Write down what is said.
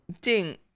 Ding